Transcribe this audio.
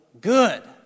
good